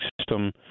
system